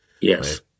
Yes